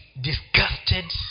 disgusted